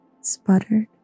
sputtered